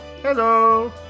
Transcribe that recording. Hello